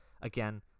Again